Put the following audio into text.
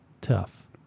tough